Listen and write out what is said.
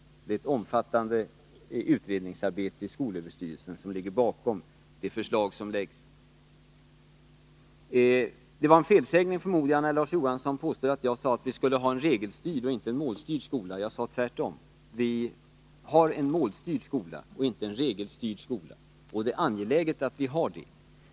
Det är ett omfattande utredningsarbete i skolöverstyrelsen som ligger bakom de förslag som läggs fram. Jag förmodar att det var en felsägning när Larz Johansson påstod att jag hade yttrat att vi skulle ha en regelstyrd och inte en målstyrd skola. Jag sade tvärtom: Vi har en målstyrd, inte en regelstyrd skola. Det är också angeläget att så är fallet.